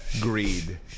Greed